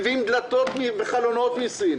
מביאים דלתות וחלונות מסין,